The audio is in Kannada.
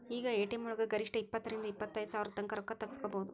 ಈಗ ಎ.ಟಿ.ಎಂ ವಳಗ ಗರಿಷ್ಠ ಇಪ್ಪತ್ತರಿಂದಾ ಇಪ್ಪತೈದ್ ಸಾವ್ರತಂಕಾ ರೊಕ್ಕಾ ತಗ್ಸ್ಕೊಬೊದು